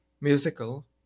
musical